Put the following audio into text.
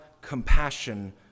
compassion